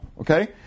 Okay